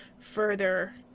further